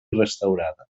restaurada